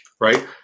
right